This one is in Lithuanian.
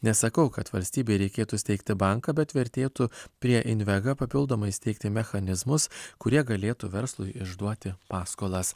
nesakau kad valstybei reikėtų steigti banką bet vertėtų prie invega papildomai įsteigti mechanizmus kurie galėtų verslui išduoti paskolas